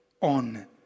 on